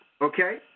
okay